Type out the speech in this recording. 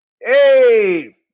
hey